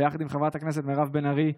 ביחד עם חברת הכנסת מירב בן ארי,